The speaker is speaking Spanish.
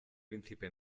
príncipe